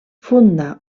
funda